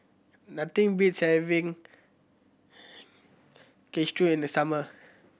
nothing beats having Kushikatsu in the summer